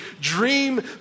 dream